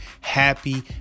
happy